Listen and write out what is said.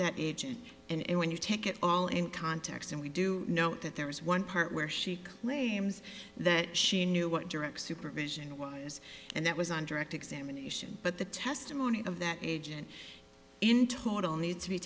that agent and it when you take it all in context and we do know that there was one part where she claims that she knew what direct supervision was and that was on direct examination but the testimony of that agent in total needs to be